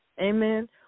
Amen